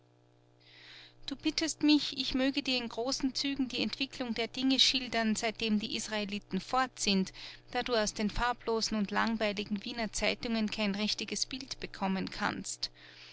du bittest mich ich möge dir in großen zügen die entwicklung der dinge schildern seitdem die israeliten fort sind da du aus den farblosen und langweiligen wiener zeitungen kein richtiges bild bekommen kannst